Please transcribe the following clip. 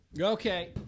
Okay